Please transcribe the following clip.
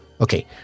Okay